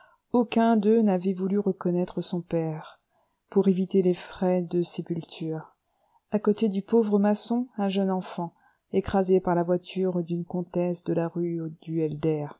aucun d'eux n'avait voulu reconnaître son père pour éviter les frais de sépulture à côté du pauvre maçon un jeune enfant écrasé par la voiture d'une comtesse de la rue du